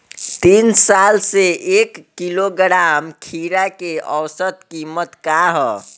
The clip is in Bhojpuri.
तीन साल से एक किलोग्राम खीरा के औसत किमत का ह?